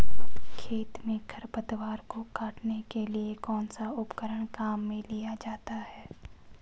खेत में खरपतवार को काटने के लिए कौनसा उपकरण काम में लिया जाता है?